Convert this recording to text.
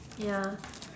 ya